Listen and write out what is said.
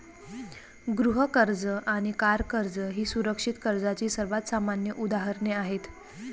गृह कर्ज आणि कार कर्ज ही सुरक्षित कर्जाची सर्वात सामान्य उदाहरणे आहेत